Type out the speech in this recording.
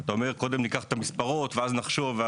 אתה אומר: קודם ניקח את המספרות ואז נחשוב.